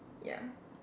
ya